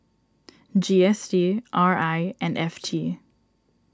G S T R I and F T